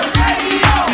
radio